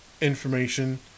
information